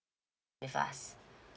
with us